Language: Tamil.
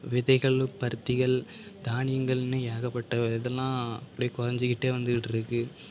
விதைகள் பருத்திகள் தானியங்கள்னு ஏகப்பட்ட இதெல்லாம் அப்டியே குறைஞ்சுக்கிட்டே வந்து கிட்டு இருக்குது